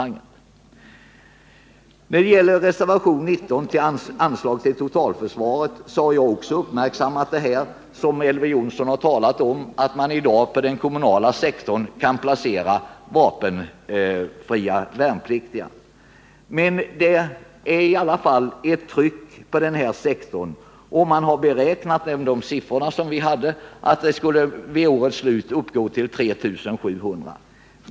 När det gäller reservationen 19, anslag till totalförsvaret, har jag också uppmärksammat det som Elver Jonsson talat om, nämligen att man i dag kan placera vapenfria värnpliktiga inom den kommunala sektorn. Trycket är i alla fall hårt och kön till den vapenfria tjänstgöringen beräknas vid budgetårets slut uppgå till 3 700 personer.